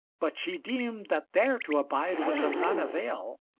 but she deemed that there to abide was of none avail,